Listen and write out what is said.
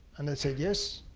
and i said yes.